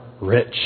rich